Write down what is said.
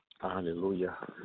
hallelujah